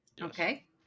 Okay